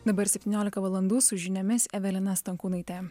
dabar septyniolika valandų su žiniomis evelina stankūnaitė